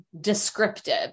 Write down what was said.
descriptive